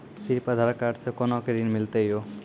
सिर्फ आधार कार्ड से कोना के ऋण मिलते यो?